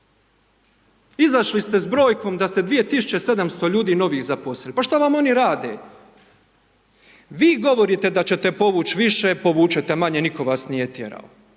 Izašli ste s brojkom da ste 2700 ljudi novih zaposlili. Pa šta vam oni rade? Vi govorite da ćete povući više, povučete manje, nitko vas nije tjerao.